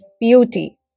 beauty